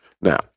now